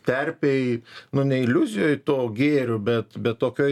terpėj nu ne iliuzijoj to gėrio bet bet tokioj